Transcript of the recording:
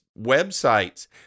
websites